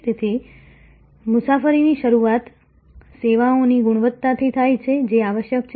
તેથી મુસાફરીની શરૂઆત સેવાઓની ગુણવત્તાથી થાય છે જે આવશ્યક છે